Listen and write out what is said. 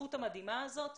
בזכות המדהימה הזאת